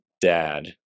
dad